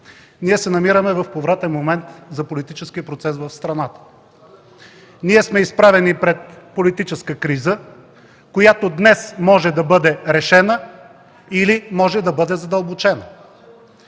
Намираме се в повратен момент за политическия процес в страната. Ние сме изправени пред политическа криза, която днес може да бъде решена или може да бъде задълбочена.